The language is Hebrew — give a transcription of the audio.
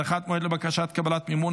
(הארכת מועד לבקשת קבלת מימון),